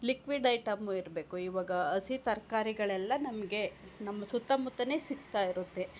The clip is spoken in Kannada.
ಲಿಕ್ವಿಡ್ ಐಟಮು ಇರಬೇಕು ಈವಾಗ ಹಸಿ ತರಕಾರಿಗಳೆಲ್ಲ ನಮಗೆ ನಮ್ಮ ಸುತ್ತಮುತ್ತಲೇ ಸಿಗ್ತಾಯಿರುತ್ತೆ